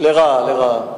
לרעה, לרעה.